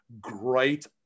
Great